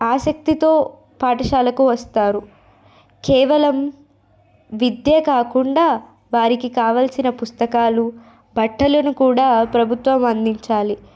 వాళ్ళు ఆసక్తితో పాఠశాలకి వస్తారు కేవలం విద్యే కాకుండా వారికి కావలసిన పుస్తకాలు బట్టలను కూడా ప్రభుత్వం అందించాలి